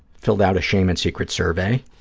filled out a shame and secrets survey.